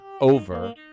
over